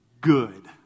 good